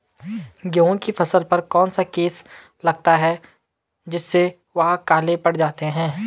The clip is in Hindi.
गेहूँ की फसल पर कौन सा केस लगता है जिससे वह काले पड़ जाते हैं?